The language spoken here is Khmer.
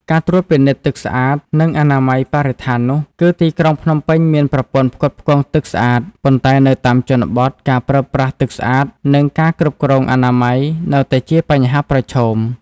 ការត្រួតពិនិត្យទឹកស្អាត និងអនាម័យបរិស្ថាននោះ គឺទីក្រុងភ្នំពេញមានប្រព័ន្ធផ្គត់ផ្គង់ទឹកស្អាត ប៉ុន្តែនៅតាមជនបទ ការប្រើប្រាស់ទឹកស្អាត និងការគ្រប់គ្រងអនាម័យនៅតែជាបញ្ហាប្រឈម។